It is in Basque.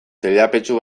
teilapetxu